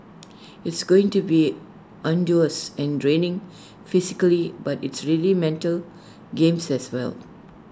it's going to be arduous and draining physically but it's really mental games as well